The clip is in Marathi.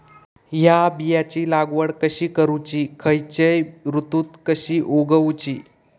हया बियाची लागवड कशी करूची खैयच्य ऋतुत कशी उगउची?